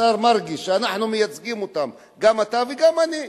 השר מרגי, שאנחנו מייצגים אותן, גם אתה וגם אני.